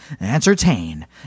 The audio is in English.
entertain